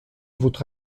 votre